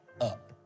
up